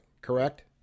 correct